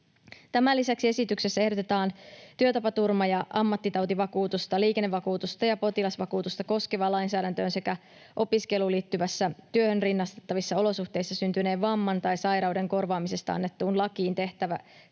Tämän lisäksi esityksessä ehdotetaan työtapaturma- ja ammattitautivakuutusta, liikennevakuutusta ja potilasvakuutusta koskevaan lainsäädäntöön sekä opiskeluun liittyvissä, työhön rinnastettavissa olosuhteissa syntyneen vamman tai sairauden korvaamisesta annettuun lakiin tehtäväksi